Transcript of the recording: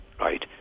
right